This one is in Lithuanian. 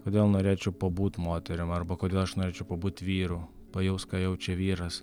kodėl norėčiau pabūt moterim arba kodėl aš norėčiau pabūt vyru pajaus ką jaučia vyras